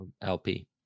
LP